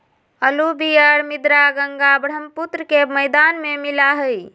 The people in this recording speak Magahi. अलूवियल मृदा गंगा बर्ह्म्पुत्र के मैदान में मिला हई